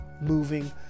moving